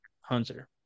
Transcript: Hunter